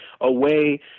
away